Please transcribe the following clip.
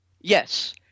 yes